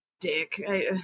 dick